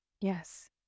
Yes